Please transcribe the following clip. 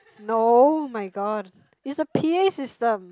no my god it's the p_a system